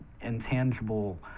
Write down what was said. intangible